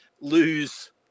lose